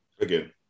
Again